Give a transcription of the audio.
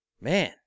man